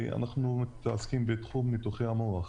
אנחנו מתעסקים בתחום ניתוחי מוח.